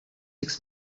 six